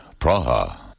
Praha